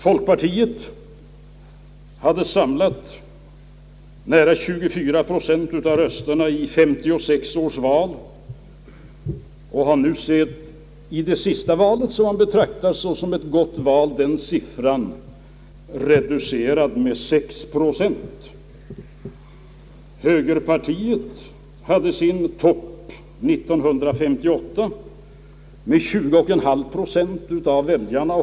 Folkpartiet samlade nära 24 procent av rösterna i 1956 års val och har i det senaste valet, som man betraktar som ett gott val, fått se den siffran reducerad med 6 procent. Högerpartiet hade sin topp år 1958 med 20,5 procent av rösterna.